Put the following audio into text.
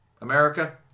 America